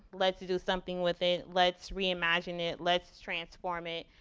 let's do something with it. let's reimagine it, let's transform it.